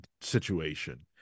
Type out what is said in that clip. situation